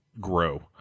grow